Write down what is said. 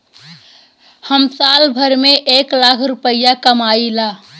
हम साल भर में एक लाख रूपया कमाई ला